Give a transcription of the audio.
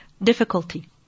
Difficulty